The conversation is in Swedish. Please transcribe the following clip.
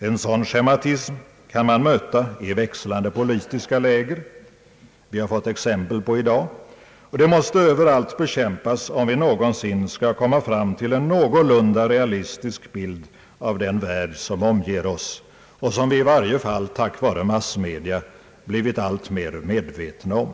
En sådan schematism kan man möta i växlande politiska läger — det har vi fått exempel på i dag — och den måste överallt bekämpas, om vi någonsin skall komma fram till en realistisk bild av den värld som omger oss och som vi i varje fall tack vare massmedia blivit alltmer medvetna om.